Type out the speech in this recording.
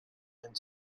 and